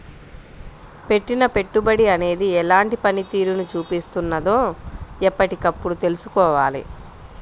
పెట్టిన పెట్టుబడి అనేది ఎలాంటి పనితీరును చూపిస్తున్నదో ఎప్పటికప్పుడు తెల్సుకోవాలి